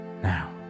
Now